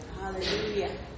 Hallelujah